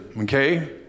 Okay